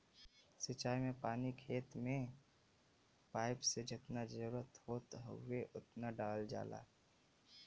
सिंचाई में पानी खेत में पाइप से जेतना जरुरत होत हउवे ओतना डालल जाला